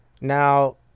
now